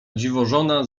dziwożona